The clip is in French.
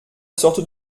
sortent